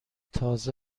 تازه